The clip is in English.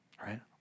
right